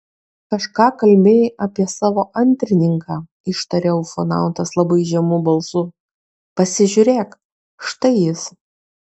kažką kalbėjai apie savo antrininką ištarė ufonautas labai žemu balsu pasižiūrėk štai jis